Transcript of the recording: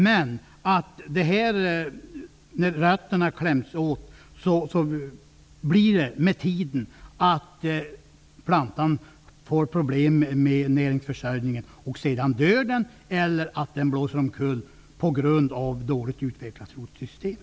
Men när rötterna med tiden kläms åt, får plantan problem med försörjningen och dör eller blåser omkull på grund av ett dåligt utvecklat rotsystem.